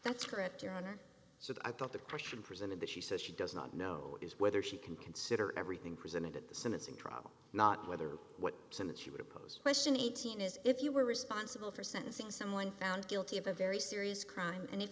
that's correct your honor so i thought the question presented that she says she does not know is whether she can consider everything presented at the sentencing trial not whether what some of she would oppose question eighteen is if you were responsible for sentencing someone found guilty of a very serious crime and if